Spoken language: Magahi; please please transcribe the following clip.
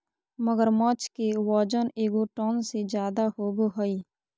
मगरमच्छ के वजन एगो टन से ज्यादा होबो हइ